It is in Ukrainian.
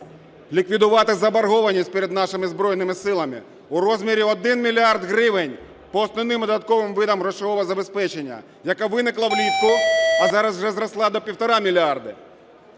ліквідувати заборгованість перед нашими Збройними Силами у розмірі 1 мільярд гривень по основним і додатковим видам грошового забезпечення, яка виникла влітку, а зараз вже зросла до 1,5 мільярда?